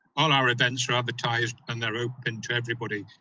all our events are advertised and they're open to everybody.